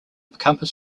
compass